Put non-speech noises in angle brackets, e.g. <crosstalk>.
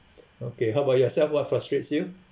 <breath> okay how about yourself what frustrates you